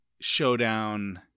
showdown